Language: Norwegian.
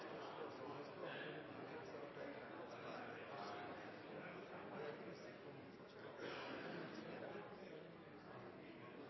statsråd,